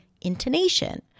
intonation